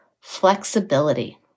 flexibility